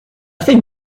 think